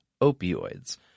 opioids